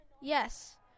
Yes